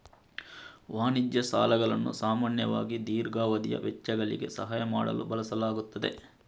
ವಾಣಿಜ್ಯ ಸಾಲಗಳನ್ನು ಸಾಮಾನ್ಯವಾಗಿ ದೀರ್ಘಾವಧಿಯ ವೆಚ್ಚಗಳಿಗೆ ಸಹಾಯ ಮಾಡಲು ಬಳಸಲಾಗುತ್ತದೆ